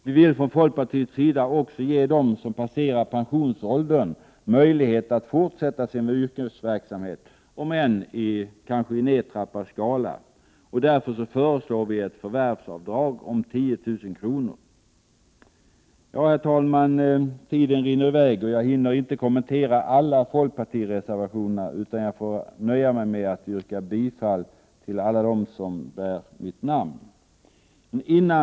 Vi vill från folkpartiets sida också ge dem som uppnår pensionsåldern möjlighet att fortsätta sin yrkesverksamhet, om än kanske i nedtrappad skala. Därför föreslår vi ett förvärvsavdrag om 10 000 kr. Herr talman! Tiden rinner i väg, och jag hinner inte kommentera alla folkpartireservationerna utan får nöja mig med att yrka bifall till alla reservationer där mitt namn står antecknat.